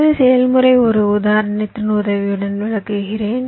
எனவே செயல்முறை ஒரு உதாரணத்தின் உதவியுடன் விளக்குகிறேன்